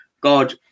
God